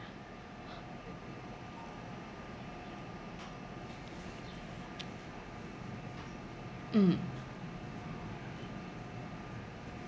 mm